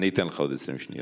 אני אתן לך עוד 20 שניות.